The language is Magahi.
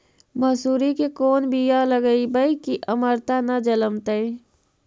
मसुरी के कोन बियाह लगइबै की अमरता न जलमतइ?